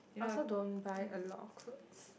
I also don't buy a lot of clothes